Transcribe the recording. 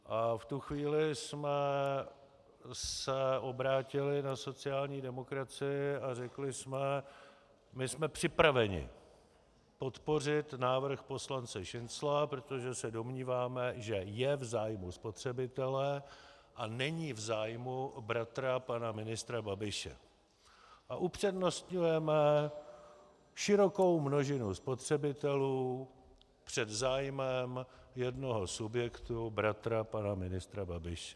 V tu chvíli jsme se obrátili na sociální demokracii a řekli jsme: my jsme připraveni podpořit návrh poslance Šincla, protože se domníváme, že je v zájmu spotřebitele a není v zájmu bratra pana ministra Babiše, a upřednostňujeme širokou množinu spotřebitelů před zájmem jednoho subjektu bratra pana ministra Babiše.